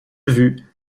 vue